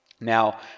now